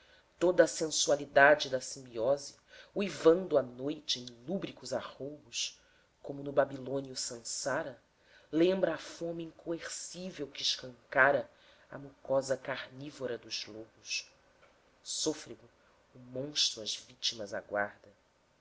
a sensualidade da simbiose uivando à noite em lúbricos arroubos como no babilônico sansara lembra a fome incoercível que escancara a mucosa carnívora dos lobos sôfrego o monstro as vítimas aguarda